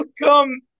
Welcome